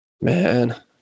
Man